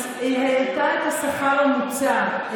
העלתה את השכר הממוצע.